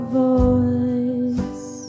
voice